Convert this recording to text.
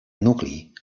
nucli